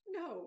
no